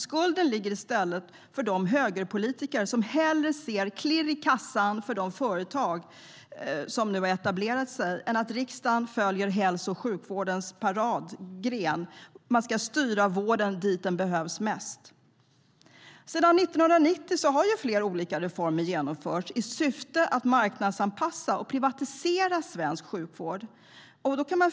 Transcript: Skulden ligger i stället på de högerpolitiker som hellre ser klirr i kassan för de etablerade företagen än att riksdagen följer hälso och sjukvårdens paradprincip: Vården ska styras dit där den behövs mest. Sedan 1990 har flera olika reformer genomförts i syfte att marknadsanpassa och privatisera svensk sjukvård.